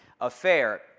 affair